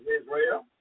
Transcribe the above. Israel